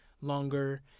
longer